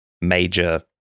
major